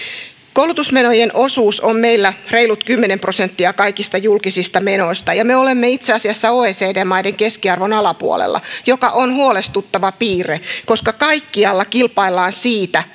koulutusmenojen osuus on meillä reilut kymmenen prosenttia kaikista julkisista menoista ja me olemme itse asiassa oecd maiden keskiarvon alapuolella mikä on huolestuttava piirre koska kaikkialla tällä maapallolla kilpaillaan siitä